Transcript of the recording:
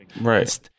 Right